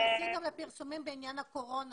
תתייחסי גם לפרסומים בעניין הקורונה,